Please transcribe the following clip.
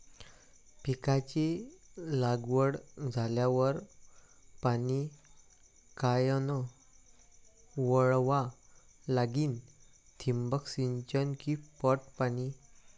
पिकाची लागवड झाल्यावर पाणी कायनं वळवा लागीन? ठिबक सिंचन की पट पाणी?